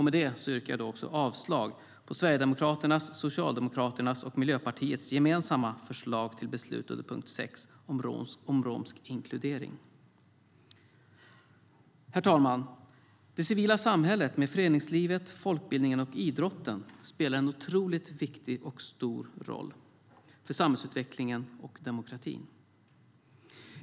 Med det yrkar jag också avslag på Sverigedemokraternas, Socialdemokraternas och Miljöpartiets gemensamma förslag till beslut under punkt 6 om romsk inkludering. Herr talman! Det civila samhället med föreningslivet, folkbildningen och idrotten, spelar en otroligt viktig och stor roll för samhällsutvecklingen och demokratin.